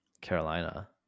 Carolina